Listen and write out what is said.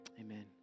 Amen